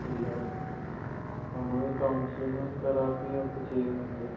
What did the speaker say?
ഇല്ല അല്ലേ നമ്മള് കൗൺസിലിങ്ങും തെറാപ്പിയുമൊക്കെ ചെയ്യുന്നുണ്ട്